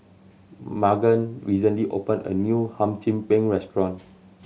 Magan recently opened a new Hum Chim Peng restaurant